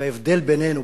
וההבדל בינינו,